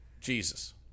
Jesus